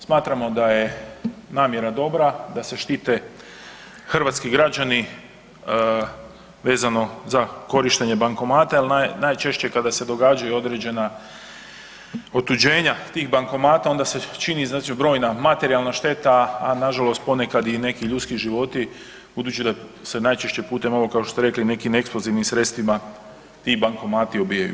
Smatramo da je namjera dobra da se štite hrvatski građani vezano za korištenje bankomata jel najčešće kada se događaju određena otuđenja tih bankomata onda se čini brojna materijalna šteta, a nažalost ponekad i neki ljudski životi budući da se najčešće putem ovo kao što ste rekli nekim eksplozivnim sredstvima ti bankomati obijaju.